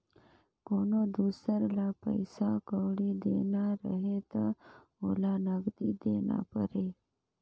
कोनो दुसर ल पइसा कउड़ी देना रहें त ओला नगदी देना परे